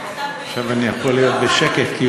קראתי את המכתב בעניין.